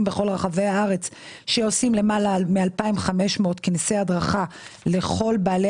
בכל רחבי הארץ שעושים למעלה מ-2,500 כנסי הדרכה לכל בעלי